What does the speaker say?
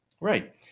Right